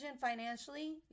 financially